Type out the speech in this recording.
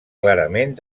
clarament